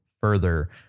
further